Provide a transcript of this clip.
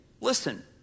listen